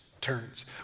turns